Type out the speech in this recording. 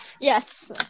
Yes